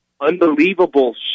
Unbelievable